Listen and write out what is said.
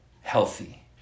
healthy